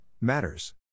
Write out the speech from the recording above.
matters